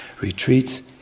retreats